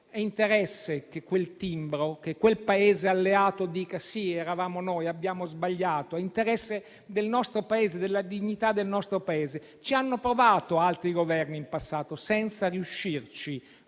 è interesse che ci sia quel timbro, che quel Paese alleato dica: "Sì, eravamo noi: abbiamo sbagliato". È interesse del nostro Paese, della dignità del nostro Paese. Ci hanno provato altri Governi, in passato, senza riuscirci.